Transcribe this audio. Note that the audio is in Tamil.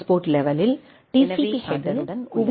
பி ஹெட்டருடன் உள்ளது